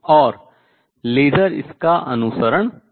और लेसर इसका अनुसरण करता है